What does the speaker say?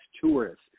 tourists